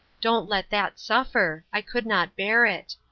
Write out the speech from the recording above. don't let that suffer i could not bear it.